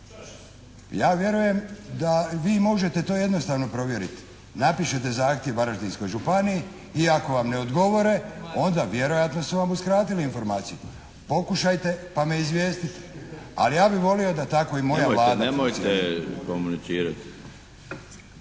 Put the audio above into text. Ja vjerujem da vi možete to jednostavno provjeriti. Napišete zahtjev Varaždinskoj županiji i ako vam ne odgovore onda vjerojatno su vam uskratili informaciju. Pokušajte pa me izvijestite. Ali ja bih volio da tako i moja Vlada funkcionira.